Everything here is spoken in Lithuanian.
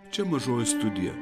čia mažoji studija